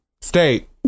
State